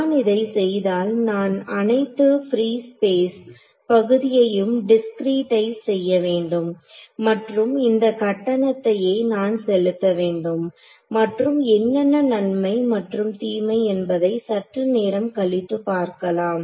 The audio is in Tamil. நான் இதை செய்தால் நான் அனைத்து பிரீ ஸ்பேஸ் பகுதியையும் டிஸ்கிரீட்டைஸ் செய்ய வேண்டும் மற்றும் இந்த கட்டணத்தையே நான் செலுத்த வேண்டும் மற்றும் என்னென்ன நன்மை மற்றும் தீமை என்பதை சற்று நேரம் கழித்து பார்க்கலாம்